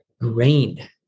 grain